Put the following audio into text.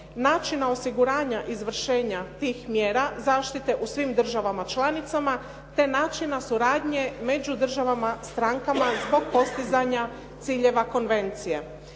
načina osiguranja izvršenja tih mjera zaštite u svim državama članicama, te načina suradnje među državama strankama zbog postizanja ciljeva konvencije.